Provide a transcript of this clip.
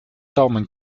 daumen